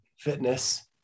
Fitness